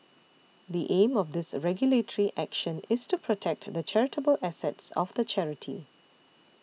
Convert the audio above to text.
the aim of this regulatory action is to protect the charitable assets of the charity